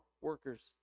workers